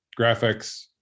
graphics